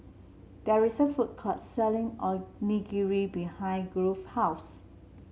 there is a food court selling Onigiri behind Grove house